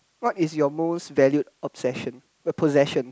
what is your most valued obsession possession